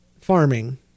farming